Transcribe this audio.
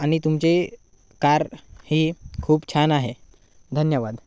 आणि तुमची कार ही खूप छान आहे धन्यवाद